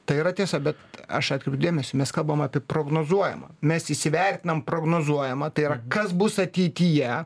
tai yra tiesa bet aš atkreipiu dėmesį mes kalbam apie prognozuojamą mes įsivertinom prognozuojamą tai yra kas bus ateityje